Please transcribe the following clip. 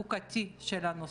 לחלופי יש כסף,